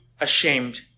ashamed